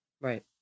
Right